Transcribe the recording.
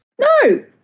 No